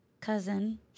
cousin